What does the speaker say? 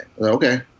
Okay